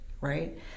right